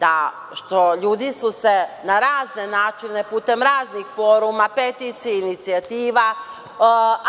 da, ljudi su se na razne načine, putem raznih foruma, peticija, inicijativa,